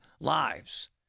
lives